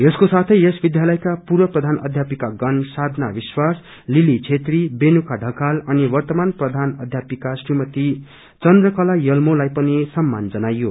यसको साथै यस विध्यालयका पूर्व प्रधान अध्यापिका साधना विश्वास लिली छेत्री वेणुका ढ़काल अनि वर्त्तमान प्रधान अध्यापिका श्रीमती चन्द्रकला यल्मोलाई पनि सम्मानजनाईयो